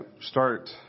start